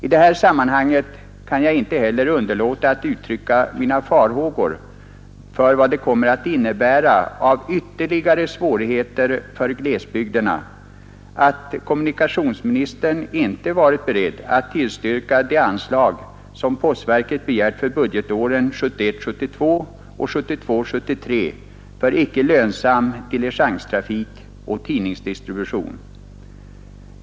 I detta sammanhang kan jag inte heller underlåta att uttrycka mina farhågor för vad det kommer att innebära av ytterligare försämringar för glesbygderna att kommunikationsministern inte varit beredd att tillstyrka de anslag som postverket begärt för budgetåren 1971 73 för icke lönsam diligenstrafik och tidningsdistribution.